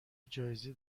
جایزه